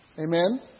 Amen